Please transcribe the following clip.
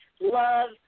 love